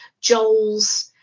Joel's